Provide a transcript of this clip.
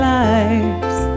lives